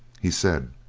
he said